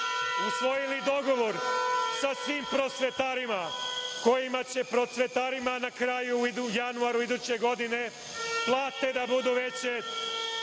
usvojili dogovor sa svim prosvetarima, kojima će prosvetarima na kraju u januaru iduće godine plate da budu veće